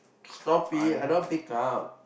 stop it I don't want pick up